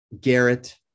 Garrett